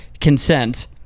consent